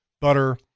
butter